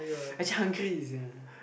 I actually hungry with them